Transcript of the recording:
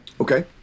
Okay